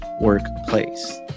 workplace